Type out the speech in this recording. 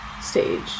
stage